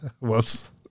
Whoops